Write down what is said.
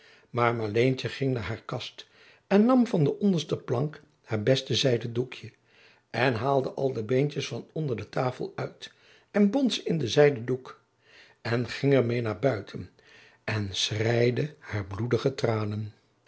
maar marleentje ging naar haar kast en nam van de onderste plank haar beste zijden doekje en haalde al de beentjes van onder de tafel uit en bond ze in den zijden doek en ging er meê naar buiten en schreide haar